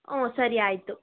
ಊಂ ಸರಿ ಆಯಿತು